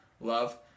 love